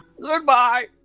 Goodbye